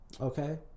Okay